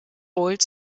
old